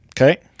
Okay